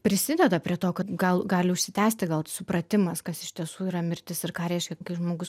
prisideda prie to kad gal gali užsitęsti gal supratimas kas iš tiesų yra mirtis ir ką reiškia kai žmogus